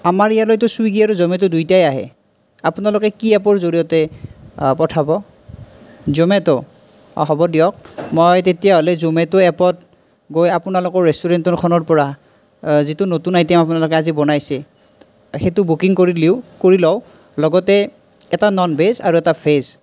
আমাৰ ইয়ালৈতো চুইগী আৰু জ'মেট' দুইটাই আহে আপোনালোকে কি এপৰ জৰিয়তে পঠাব জ'মেট' অঁ হ'ব দিয়ক মই তেতিয়াহ'লে জ'মেট' এপত গৈ আপোনালোকৰ ৰেষ্টুৰেণ্টৰখনৰ পৰা যিটো নতুন আইটেম আপোনালোকে আজি বনাইছে সেইটো বুকিং কৰি দিওঁ কৰি লওঁ লগতে এটা নন ভেজ আৰু এটা ভেজ